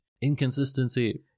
Inconsistency